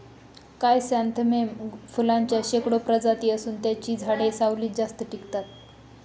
chrysanthemum फुलांच्या शेकडो प्रजाती असून त्यांची झाडे सावलीत जास्त टिकतात